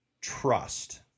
trust